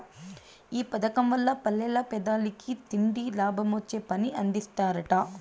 ఈ పదకం వల్ల పల్లెల్ల పేదలకి తిండి, లాభమొచ్చే పని అందిస్తరట